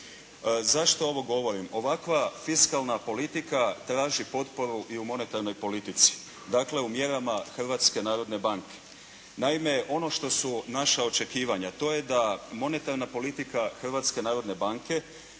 Zašto ovo govorim? Ovakva fiskalna politika traži potporu i u monetarnoj politici, dakle u mjerama Hrvatske narodne banke. Naime ono što su naša očekivanja, a to je da monetarna politika Hrvatske narodne banke